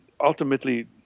ultimately